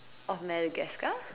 of Madagascar